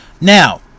Now